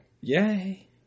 Yay